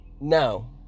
no